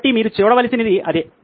కాబట్టి మీరు చూడవలసినది అదే